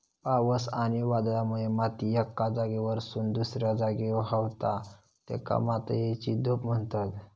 पावस आणि वादळामुळे माती एका जागेवरसून दुसऱ्या जागी व्हावता, तेका मातयेची धूप म्हणतत